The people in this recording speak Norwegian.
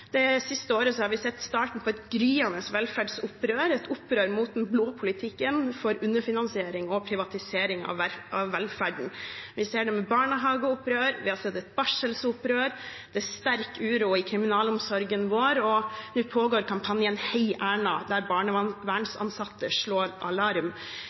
Det siste året har vi sett starten på et gryende velferdsopprør, et opprør mot den blå politikken for underfinansiering og privatisering av velferden. Vi ser det med barnehageopprør, vi har sett et barselsopprør, det er sterk uro i kriminalomsorgen vår, og nå pågår kampanjen #heierna, der barnevernsansatte slår alarm.